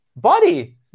buddy